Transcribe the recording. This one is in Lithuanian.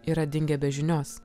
yra dingę be žinios